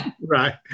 right